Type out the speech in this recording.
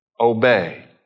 obey